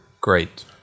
Great